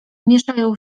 mieszają